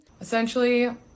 Essentially